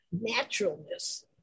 naturalness